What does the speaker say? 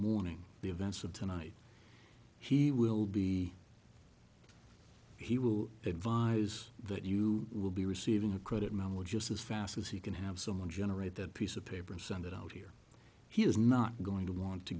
morning the events of tonight he will be he will advise that you will be receiving a credit and i will just as fast as he can have someone generate that piece of paper and send it out here he is not going to want to